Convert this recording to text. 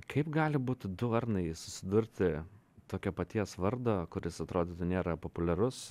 kaip gali būti du arnai susidurti tokio paties vardo kuris atrodytų nėra populiarus